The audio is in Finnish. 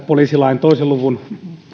poliisilain